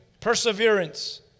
Perseverance